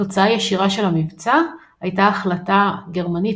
תוצאה ישירה של המבצע הייתה החלטה גרמנית